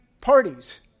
parties